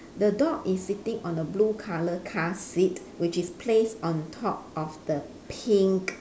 the dog is sitting on a blue colour car seat which is placed on top of the pink